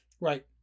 Right